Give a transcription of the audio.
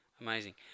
Amazing